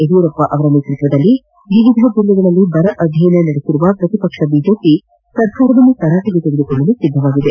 ಯಡಿಯೂರಪ್ಪ ಅವರ ನೇತೃತ್ವದಲ್ಲಿ ವಿವಿಧ ಜಿಲ್ಲೆಗಳಲ್ಲಿ ಬರ ಅಧ್ಯಯನ ನಡೆಸಿರುವ ಪ್ರತಿಪಕ್ಷ ಬಿಜೆಪಿ ಸರ್ಕಾರವನ್ನು ತರಾಟೆಗೆ ತೆಗೆದುಕೊಳ್ಳಲು ಸಿದ್ದವಾಗಿದೆ